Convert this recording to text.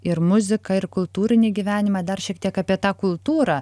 ir muziką ir kultūrinį gyvenimą dar šiek tiek apie tą kultūrą